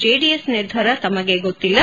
JDS ನಿರ್ಧಾರ ತಮಗೆ ಗೊತ್ತಿಲ್ಲ